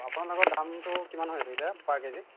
আপোনালোকৰ দামটো কিমান হৈ আছে এতিয়া পাৰ কেজি